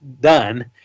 done